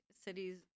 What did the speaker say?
cities